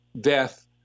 death